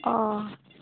ᱚᱻ